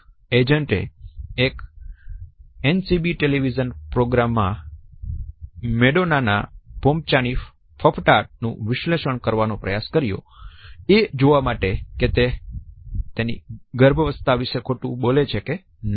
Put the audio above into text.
I ના એક agent એ એક NBC ટેલિવિઝન પ્રોગ્રામ માં મેડોનાના આંખના પોપચાંની ફફડાટ નું વિશ્લેષણ કરવાનો પ્રયાસ કર્યો એ જોવા માટે કે તે તેની ગર્ભાવસ્થા વિશે ખોટું બોલે છે કેઅને સાથે સાથે એક સારા શ્રોતા તરીકે પણ ઉભરી શકીએ કારણ કે શબ્દો દ્વારા જે અર્થ વ્યક્ત કરવામાં આવે છે ફક્ત તે નહિ પરંતુ જે અશાબ્દિક વાતચીતના પાસા છે તેને પણ જોતા હોઈએ છીએ